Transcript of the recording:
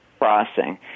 crossing